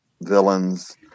villains